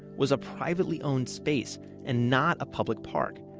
was a privately owned space and not a public park.